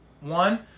one